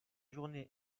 journée